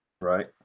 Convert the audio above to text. Right